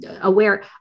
aware